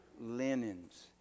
linens